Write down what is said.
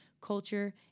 culture